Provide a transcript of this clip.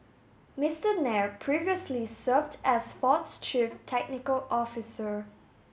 Mister Nair previously served as Ford's chief technical officer